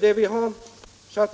Jag